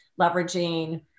leveraging